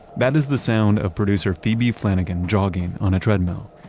that is the sound of producer phoebe flanigan, jogging on a treadmill.